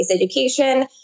education